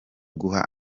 guha